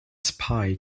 spy